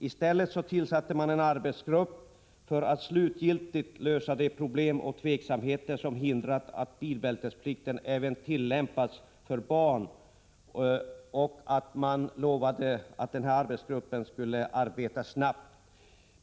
I stället tillsatte man en arbetsgrupp för att slutgiltigt klara ut de problem och tveksamheter som hindrat att bilbältesplikten tillämpas även för barn, och man lovade att denna arbetsgrupp skulle arbeta snabbt.